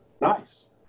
nice